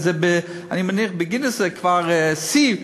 אני מניח שבגינס זה כבר שיא,